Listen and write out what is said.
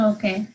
Okay